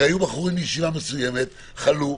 הרי היו בחורים מישיבה מסוימת שחלו,